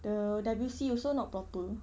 the W_C also not proper